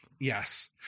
Yes